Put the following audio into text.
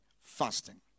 fasting